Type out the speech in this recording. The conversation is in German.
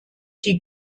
die